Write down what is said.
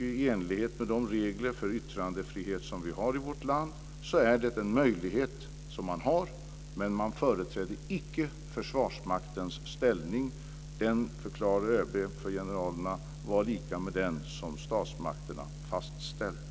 I enlighet med de regler för yttrandefrihet som vi har i vårt land är det en möjlighet som man har. De företrädde icke Försvarsmaktens ställning. ÖB förklarade för generalerna att den var lika med den som statsmakterna fastställt.